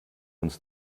uns